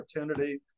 opportunity